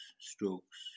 strokes